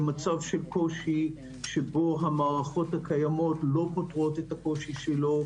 במצב של קושי שבו המערכות הקיימות לא פותרות את הקושי שלו,